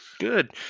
Good